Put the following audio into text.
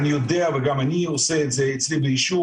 אני יודע וגם אני עושה את זה אצלי ביישוב,